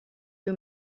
you